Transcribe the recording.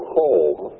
home